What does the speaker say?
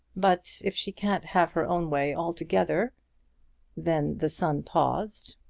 but if she can't have her own way altogether then the son paused,